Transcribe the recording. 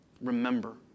Remember